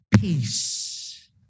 peace